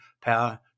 power